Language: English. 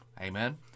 Amen